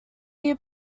year